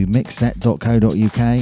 Mixset.co.uk